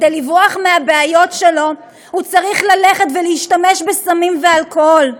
מהבעיות שלו הוא צריך ללכת ולהשתמש בסמים ואלכוהול.